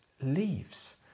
leaves